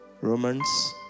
Romans